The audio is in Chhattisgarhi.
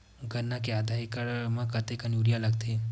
गन्ना के आधा एकड़ म कतेकन यूरिया लगथे?